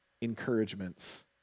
encouragements